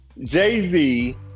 jay-z